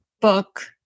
book